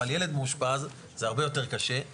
אבל ילד מאושפז זה הרבה יותר קשה,